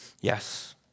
Yes